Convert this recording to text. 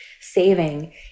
saving